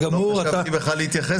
אני לא חשבתי בכלל להתייחס אליו.